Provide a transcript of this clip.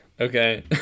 Okay